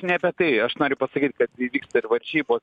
ne apie tai aš noriu pasakyt kad vyksta ir varžybos